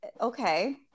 Okay